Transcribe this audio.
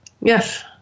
Yes